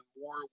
more